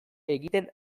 egiten